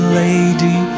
lady